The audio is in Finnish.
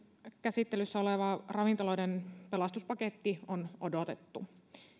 käsittelyssä oleva ravintoloiden pelastuspaketti on odotettu